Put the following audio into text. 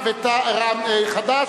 איזו הודעה.